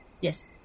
Yes